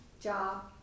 job